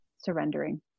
surrendering